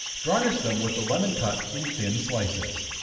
garnish them with a lemon cut in thin slices.